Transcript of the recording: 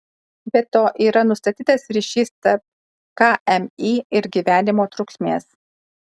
be to yra nustatytas ryšys tarp kmi ir gyvenimo trukmės